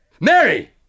Mary